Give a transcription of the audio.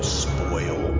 spoil